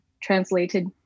translated